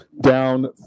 Down